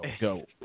Go